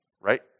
right